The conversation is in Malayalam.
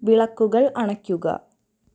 വിളക്കുകൾ അണയ്ക്കുക